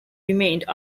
remained